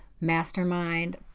Mastermind